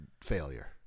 failure